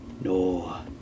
no